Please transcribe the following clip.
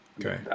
okay